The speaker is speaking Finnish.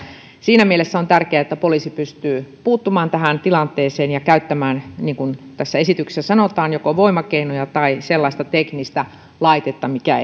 siinä mielessä on tärkeää että poliisi pystyy puuttumaan tähän tilanteeseen ja käyttämään niin kuin tässä esityksessä sanotaan joko voimakeinoja tai sellaista teknistä laitetta mikä